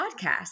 podcast